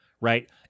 right